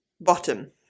Bottom